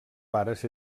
pares